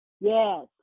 Yes